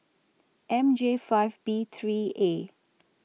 M J five B three A